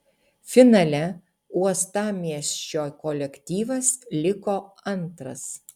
finale uostamiesčio kolektyvas liko antras